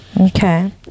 Okay